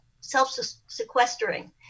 self-sequestering